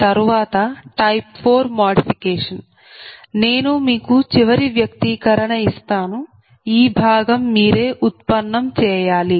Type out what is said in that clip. తరువాత type 4 modification నేను మీకు చివరి వ్యక్తీకరణ ఇస్తాను ఈ భాగం మీరే ఉత్పన్నం చేయాలి